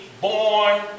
born